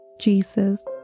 Jesus